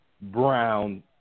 Brown